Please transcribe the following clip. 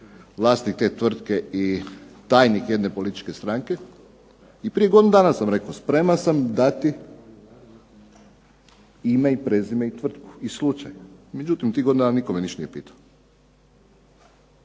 vlasnik te tvrtke i tajnik jedne političke stranke. I prije godinu sam rekao, spreman sam dati ime i prezime i tvrtku i slučaj, međutim u tih godinu dana nitko me ništa nije pitao.